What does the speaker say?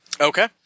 Okay